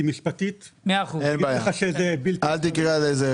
כי משפטית אני אומר לך שזה בלתי אפשרי.